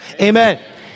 Amen